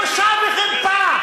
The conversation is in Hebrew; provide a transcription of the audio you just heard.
בושה וחרפה.